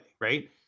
Right